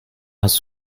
hast